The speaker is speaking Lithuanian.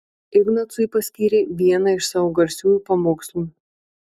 ignacui paskyrė vieną iš savo garsiųjų pamokslų